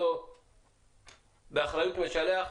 באחריות משלח?